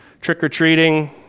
trick-or-treating